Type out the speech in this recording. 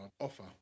offer